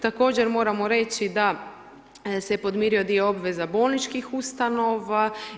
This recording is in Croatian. Također moramo reći da se podmirio dio obveza bolničkih ustanova.